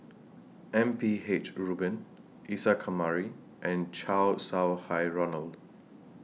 M P H Rubin Isa Kamari and Chow Sau Hai Roland